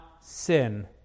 sin